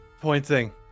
pointing